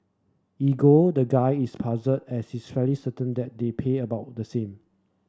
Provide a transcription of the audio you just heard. ego the guy is puzzled as he's fairy certain that they pay about the same